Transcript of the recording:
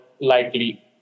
likely